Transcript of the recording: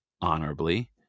honorably